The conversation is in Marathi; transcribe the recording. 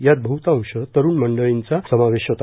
यात बहतांश तरूण मंडळींचा समावेश होता